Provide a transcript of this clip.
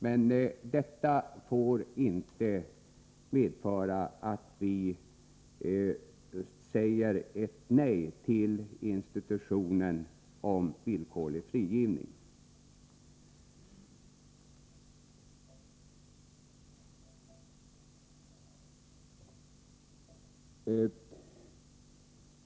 Men detta får inte medföra att vi säger nej till institutet villkorlig frigivning.